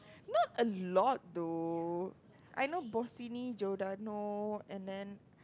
not a lot though I know Bossini Giordano and then